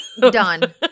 Done